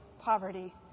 poverty